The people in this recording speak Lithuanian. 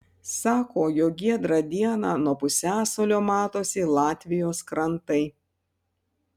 sako jog giedrą dieną nuo pusiasalio matosi latvijos krantai